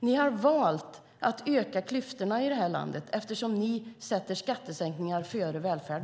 Ni har valt att öka klyftorna i landet, eftersom ni sätter skattesänkningar före välfärd.